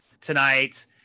tonight